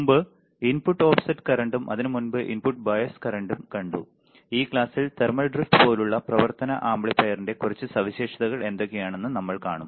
മുമ്പ് input offset കറന്റും അതിനുമുമ്പ് ഇൻപുട്ട് ബയസ് കറന്റും കണ്ടു ഈ ക്ലാസ്സിൽ തെർമൽ ഡ്രിഫ്റ്റ് പോലുള്ള പ്രവർത്തന ആംപ്ലിഫയറിന്റെ കുറച്ച് സവിശേഷതകൾ എന്തൊക്കെയാണെന്ന് നമ്മൾ കാണും